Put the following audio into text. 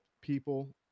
people